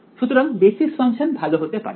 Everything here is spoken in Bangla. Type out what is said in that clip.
সুতরাং বেসিস ফাংশন ভালো হতে পারে